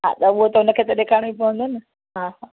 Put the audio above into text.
हा त उहो त हुन खे त ॾेखारिणो ई पवंदो न हा